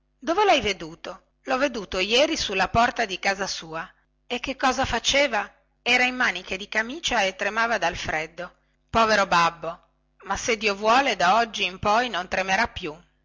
dove lhai veduto lho veduto ieri sulla porta di casa sua e che cosa faceva era in maniche di camicia e tremava dal freddo povero babbo ma se dio vuole da oggi in poi non tremerà più